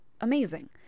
amazing